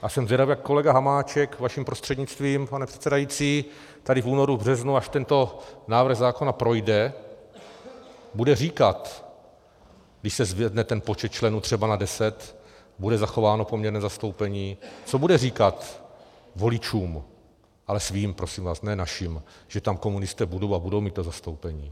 A jsem zvědav, jak kolega Hamáček, vaším prostřednictvím, pane předsedající, tady v únoru, v březnu, až tento návrh zákona projde, bude říkat, když se zvedne ten počet členů třeba na deset, bude zachováno poměrné zastoupení, co bude říkat voličům, ale svým, prosím vás, ne našim, že tam komunisté budou a budou mít to zastoupení.